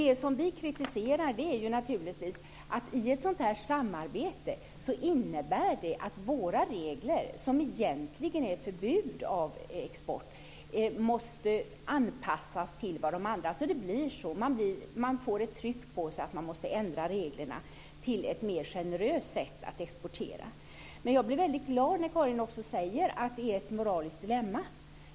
Det som vi kritiserar är naturligtvis att ett sådant här samarbete innebär att våra regler, som egentligen är ett förbud mot export, måste anpassas till andra. Då det blir så. Man får ett tryck på sig att man måste ändra reglerna, så att det blir mer generöst när det gäller att exportera. Men jag blir väldigt glad när Karin säger att det är ett moraliskt dilemma.